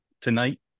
tonight